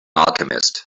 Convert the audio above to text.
alchemist